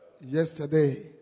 yesterday